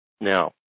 Now